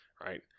right